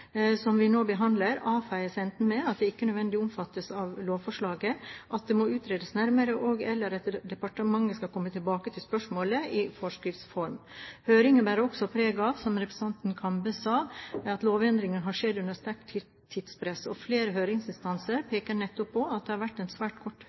som vi nå behandler, avfeies enten med at det ikke nødvendigvis omfattes av lovforslaget, at det må utredes nærmere, og/eller at departementet skal komme tilbake til spørsmålet i forskrifts form. Høringen bærer også preg av, som representanten Kambe sa, at lovendringene har skjedd under sterkt tidspress, og flere høringsinstanser